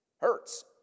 Hurts